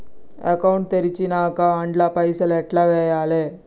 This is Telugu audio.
అకౌంట్ తెరిచినాక అండ్ల పైసల్ ఎట్ల వేయాలే?